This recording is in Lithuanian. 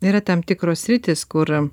yra tam tikros sritys kur